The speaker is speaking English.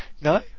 No